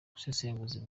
busesenguzi